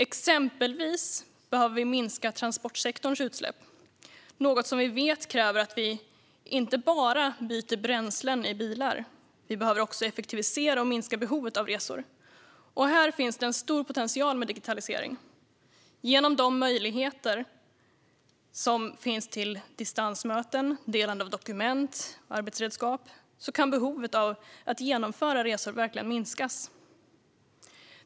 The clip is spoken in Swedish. Exempelvis behöver vi minska transportsektorns utsläpp, något som vi vet kräver att vi inte bara byter bränslen i bilar. Vi behöver också effektivisera och minska behovet av resor. Här finns det en stor potential med digitalisering. Genom de möjligheter som finns till distansmöten och delande av dokument och arbetsredskap kan behovet av att genomföra resor verkligen minskas.